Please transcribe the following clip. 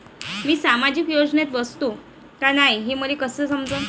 मी सामाजिक योजनेत बसतो का नाय, हे मले कस समजन?